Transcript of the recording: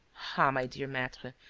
ah, my dear maitre,